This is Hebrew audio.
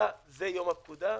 פקודה - זה יום הפקודה.